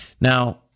Now